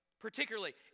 Particularly